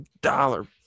dollar